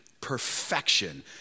perfection